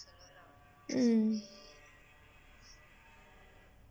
mm